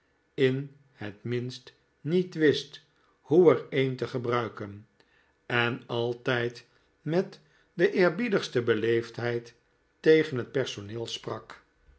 in het minst niet wist hoe er een te gebruiken en altijd met de eerbiedigste beleefdheid tegen het personeel sprak